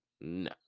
No